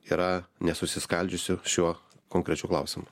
yra nesusiskaldžiusiu šiuo konkrečiu klausimu